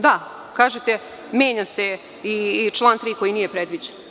Da, kažete menja se i član 3. koji nije predviđen.